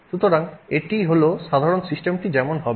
সুতরাং এটি হল সাধারণত সিস্টেমটি যেমন হবে